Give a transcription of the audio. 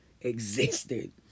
existed